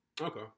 Okay